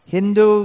Hindu